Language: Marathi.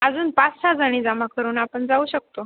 अजून पाच सहाजणी जमा करून आपण जाऊ शकतो